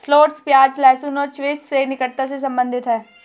shallots प्याज, लहसुन और चिव्स से निकटता से संबंधित है